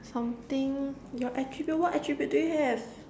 something your attribute what attribute do you have